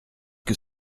que